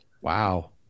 Wow